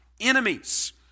enemies